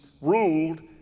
ruled